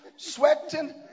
Sweating